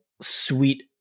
sweet